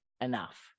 enough